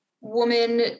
woman